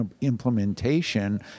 implementation